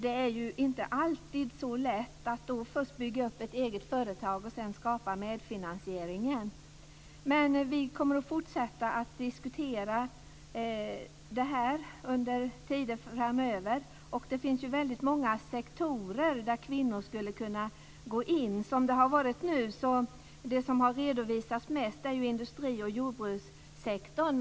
Det är ju inte alltid så lätt att först bygga upp ett eget företag och sedan skapa medfinansieringen. Vi kommer att fortsätta att diskutera det här under tiden framöver. Det finns ju många sektorer där kvinnor skulle kunna gå in. Det som redovisats mest, som det nu har varit, är industri och jordbrukssektorn.